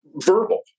verbal